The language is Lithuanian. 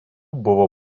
buvo